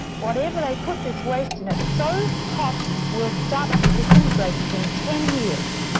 whatever they put this waste in, it's so hot will start to disintegrate within ten years.